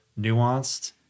nuanced